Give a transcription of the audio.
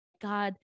God